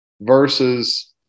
versus